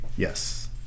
Yes